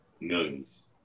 millions